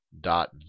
dot